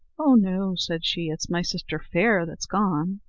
oh! no, said she it's my sister fair that's gone.